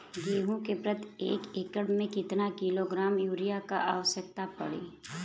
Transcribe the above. गेहूँ के प्रति एक एकड़ में कितना किलोग्राम युरिया क आवश्यकता पड़ी?